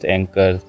Anchor